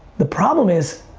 the problem is,